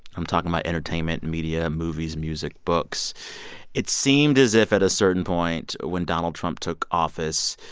i'm talking about entertainment, media, movies, music, books it seemed as if, at a certain point when donald trump took office,